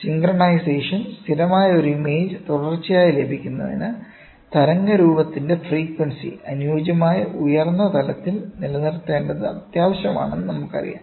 synchronisation സ്ഥിരമായ ഒരു image തുടർച്ചയായി ലഭിക്കുന്നതിന് തരംഗരൂപത്തിന്റെ ഫ്രീക്വൻസി അനുയോജ്യമായ ഉയർന്ന തലത്തിൽ നിലനിർത്തേണ്ടത് അത്യാവശ്യമാണെന്ന് നമുക്കറിയാം